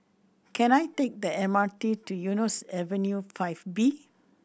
can I take the M R T to Eunos Avenue Five B